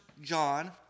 John